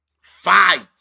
Fight